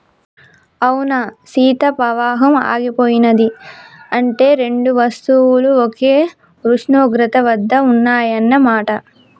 అవునా సీత పవాహం ఆగిపోయినది అంటే రెండు వస్తువులు ఒకే ఉష్ణోగ్రత వద్ద ఉన్నాయన్న మాట